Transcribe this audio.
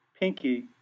pinky